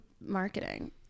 Marketing